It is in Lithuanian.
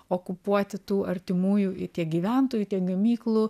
okupuoti tų artimųjų i tiek gyventojų tiek gamyklų